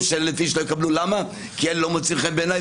של 1,000 איש לא יקבלו כי הם לא מוצאים חן בעיניי.